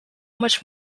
much